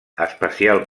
especial